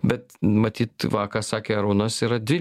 bet matyt va ką sakė arūnas yra dvi